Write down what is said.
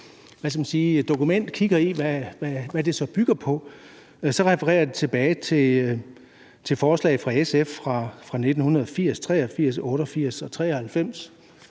dokument kigger på, hvad det så bygger på, vil man se, at det refererer tilbage til forslag fra SF fra 1980, 1983,